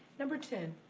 number ten.